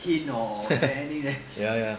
ya ya